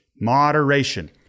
Moderation